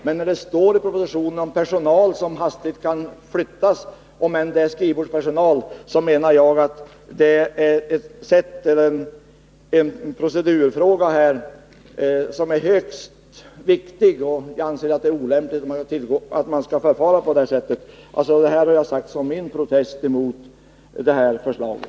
Men det står i propositionen att personal snabbt kan flyttas, och även om det rör sig om skrivbordspersonal menar jag att detta är en procedurfråga som är högst viktig, och jag anser att det är olämpligt att förfara på det sättet. Detta har jag sagt som min protest emot det här förslaget.